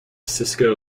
sisko